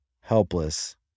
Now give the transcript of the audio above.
helpless